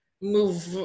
move